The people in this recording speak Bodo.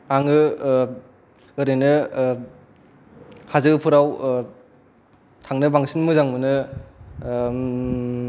आङो ओरैनो हाजोफोराव थांनो बांसिन मोजां मोनो